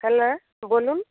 hello বলুন